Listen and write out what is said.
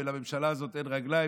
ולממשלה הזאת אין רגליים,